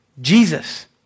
Jesus